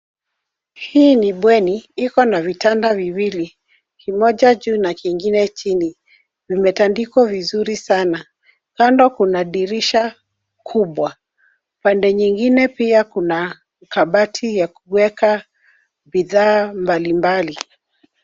Hii ni bweni, iko na vitanda viwili. Kimoja juu na kingine chini. Vimetandikwa vizuri sana. Kando kuna dirisha kubwa. Pande nyingine pia kuna kabati ya kuweka bidhaa mbalimbali.